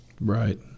Right